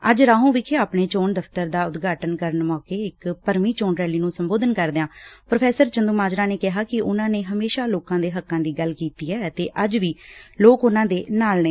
ਅੱਜ ਰਾਹੋਂ ਵਿਖੇ ਆਪਣੇ ਚੋਣ ਦਫ਼ਤਰ ਦਾ ਉਦਘਾਟਨ ਕਰਨ ਮੌਕੇ ਇਕ ਭਰਵੀਂ ਚੋਣ ਰੈਲੀ ਨ੍ਰੰ ਸੰਬੋਧਨ ਕਰਦਿਆਂ ਪ੍ਰੋ ਚੰਦੂਮਾਜਰਾ ਨੇ ਕਿਹਾ ਕਿ ਊਨਾਂ ਨੇ ਹਮੇਸ਼ਾ ਲੋਕਾਂ ਦੇ ਹੱਕਾਂ ਦੀ ਗੱਲ ਕੀਤੀ ਐ ਅਤੇ ਅੱਜ ਵੀ ਲੋਕ ਉਨਾਂ ਦੇ ਨਾਲ ਨੇ